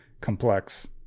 complex